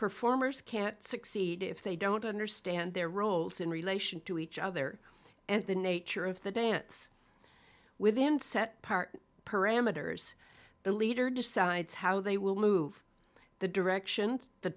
performers can't succeed if they don't understand their roles in relation to each other and the nature of the dance within set part parameters the leader decides how they will move the direction the